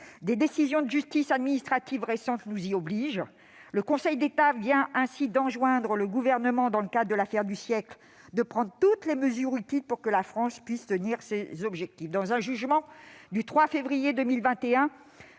Des décisions de justice administrative récentes nous y obligent. Le Conseil d'État vient ainsi d'enjoindre le Gouvernement, dans le cadre de « l'affaire du siècle », à prendre toutes les mesures utiles pour que la France tienne ses objectifs. Dans un jugement du 3 février 2021,